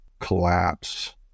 collapse